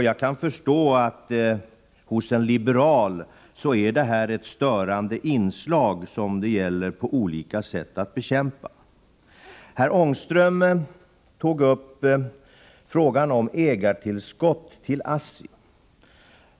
Jag kan förstå att det för en liberal är ett störande inslag som det gäller att på olika sätt bekämpa. Herr Ångström tog upp frågan om ägartillskott till ASSI.